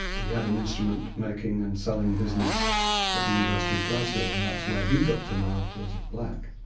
he had an instrument-making and selling business at the university of glasgow, and that's where he got to know joseph black.